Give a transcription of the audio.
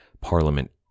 Parliament